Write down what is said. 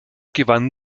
gewann